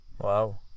wow